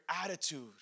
attitude